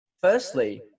Firstly